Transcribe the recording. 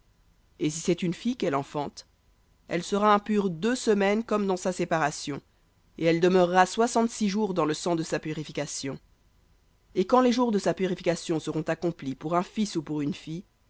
et si c'est une fille qu'elle enfante elle sera impure deux semaines comme dans sa séparation et elle demeurera soixante-six jours dans le sang de sa purification et quand les jours de sa purification seront accomplis pour un fils ou pour une fille